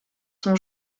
son